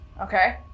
Okay